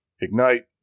ignite